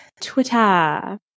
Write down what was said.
Twitter